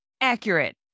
accurate